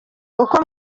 uko